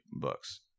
books